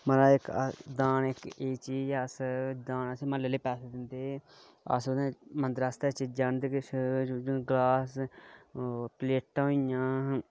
महाराज दान इक ऐसी चीज ऐ म्ह्ल्लें आह्लैं गी पैसे दिंदे हे अस मंदरेै आस्तै चीजां आह्नने जियां गलास प्लेटां होईआं